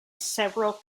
several